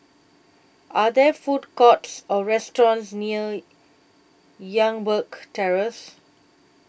Are There Food Courts Or restaurants near Youngberg Terrace